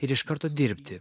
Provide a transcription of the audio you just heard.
ir iš karto dirbti